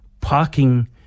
parking